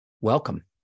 welcome